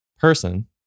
person